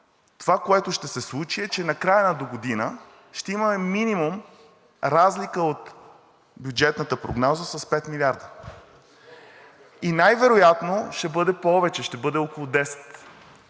това, което ще се случи, е, че накрая – догодина, ще имаме минимум разлика от бюджетната прогноза с 5 милиарда и най-вероятно ще бъде повече, ще бъде около 10.